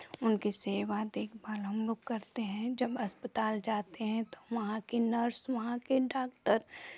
उनकी सेवा देखभाल हमलोग करते हैं जब अस्पताल जाते हैं तो वहाँ कि नर्स वहाँ के डॉक्टर